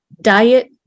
Diet